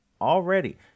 Already